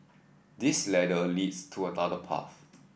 this ladder leads to another path